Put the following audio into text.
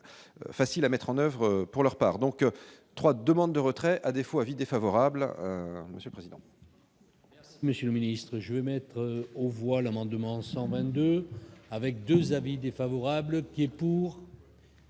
facile à mettre en oeuvre pour leur part, donc 3 demandes de retrait à défaut : avis défavorable Monsieur Président. Monsieur le ministre, je vais mettre au voilà Mandement sans 2 avec 2 avis défavorables qui est pour.